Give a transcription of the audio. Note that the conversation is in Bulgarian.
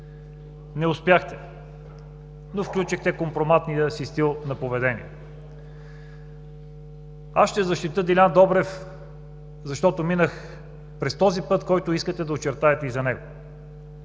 Не успяхте, но включихте компроматния си стил на поведение. Аз ще защитя Делян Добрев, защото минах през този път, който да искате да очертаете и за него.